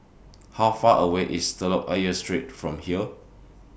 How Far away IS Telok Ayer Street from here